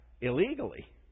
illegally